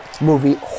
movie